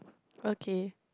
okay